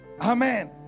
Amen